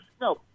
no